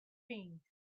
thing